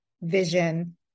vision